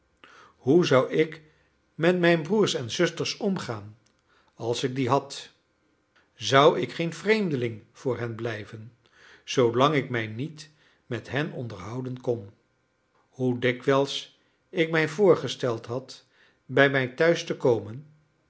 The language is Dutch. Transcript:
hoe zou ik met mijn broers en zusters omgaan als ik die had zou ik geen vreemdeling voor hen blijven zoolang ik mij niet met hen onderhouden kon hoe dikwijls ik mij voorgesteld had bij mij thuis te komen